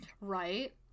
Right